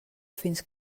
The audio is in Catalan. fins